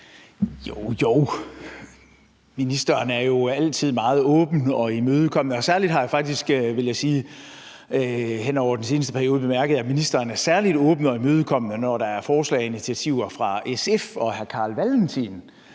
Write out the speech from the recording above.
Jo jo, ministeren er jo altid meget åben og imødekommende, og hen over den seneste periode, vil jeg sige, har jeg faktisk bemærket, at ministeren er særlig åben og imødekommende, når der er forslag og initiativer fra SF og hr. Carl Valentin.